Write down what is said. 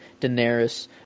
Daenerys